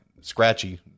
Scratchy